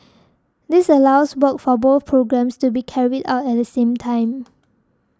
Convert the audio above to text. this allows works for both programmes to be carried out at the same time